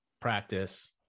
practice